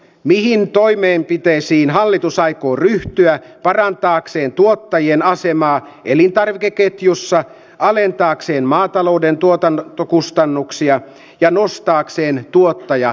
mihin toimenpiteisiin hallitus aikoo ryhtyä parantaakseen tuottajien asemaa elintarvikeketjussa alentaakseen maatalouden tuotannon kustannuksia ja nostaakseen tuottaja